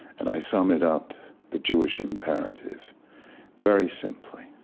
and i sum it up the jewish imperative very simply.